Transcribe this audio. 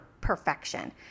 perfection